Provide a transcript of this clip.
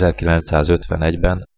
1951-ben